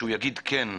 שיגיד כן,